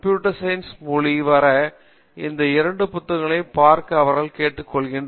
computer science மொழி வர இந்த இரண்டு புத்தகங்களையும் பார்க்க அவர்களைக் கேட்டுக்கொள்வோம்